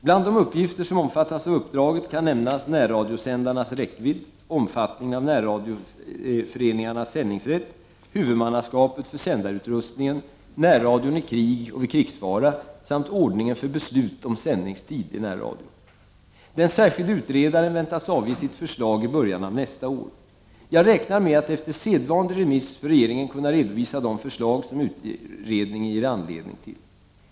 Bland de uppgifter som omfattas av uppdraget kan nämnas närradiosändarnas räckvidd, omfattningen av närradioföreningarnas sändningsrätt, huvudmannaskapet för sändarutrustningen, närradion i krig och vid krigsfara samt ordningen för beslut om sändningstid i närradion. Den särskilde utredaren väntas avge sitt förslag i början av nästa år. Jag räknar med att efter sedvanlig remiss för regeringen kunna redovisa de förslag som utredningen ger anledning till.